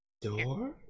door